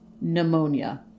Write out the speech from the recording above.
pneumonia